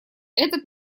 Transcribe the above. этот